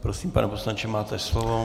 Prosím, pane poslanče, máte slovo.